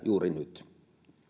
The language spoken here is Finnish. juuri nyt